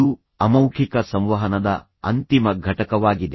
ಇದು ಅಮೌಖಿಕ ಸಂವಹನದ ಅಂತಿಮ ಘಟಕವಾಗಿದೆ